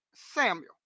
Samuel